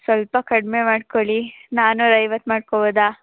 ಸ್ವಲ್ಪ ಕಡಿಮೆ ಮಾಡ್ಕೊಳ್ಳಿ ನಾನೂರ ಐವತ್ತು ಮಾಡ್ಕೊಬೋದಾ